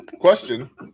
Question